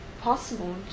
possible